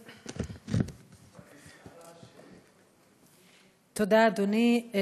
תודה, אדוני.